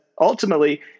ultimately